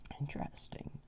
Interesting